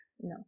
No